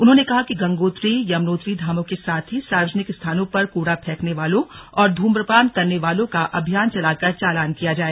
उन्होंने कहा कि गंगोत्री यमुनोत्री धामों के साथ ही सर्वजनिक स्थानों पर कूड़ा फेंकने वालों और ध्र्मपान करने वालों का अभियान चलाकर चालान किया जाए